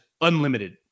unlimited